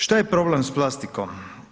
Šta je problem s plastikom?